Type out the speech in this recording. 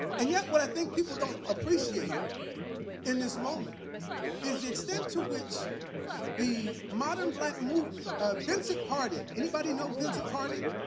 and yet, what i think people don't appreciate in this moment is the extent to which the modern black movement ah vincent harding anybody know vincent harding?